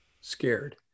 scared